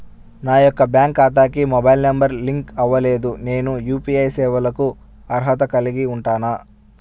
నా యొక్క బ్యాంక్ ఖాతాకి మొబైల్ నంబర్ లింక్ అవ్వలేదు నేను యూ.పీ.ఐ సేవలకు అర్హత కలిగి ఉంటానా?